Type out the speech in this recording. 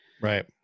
right